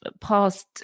past